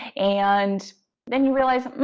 and then you realize, hmm,